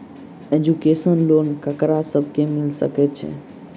Education loan ककरा सब केँ मिल सकैत छै?